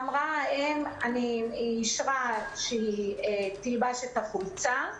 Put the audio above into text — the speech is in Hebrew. האם אישרה שהילדה תלבש את החולצה,